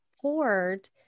poured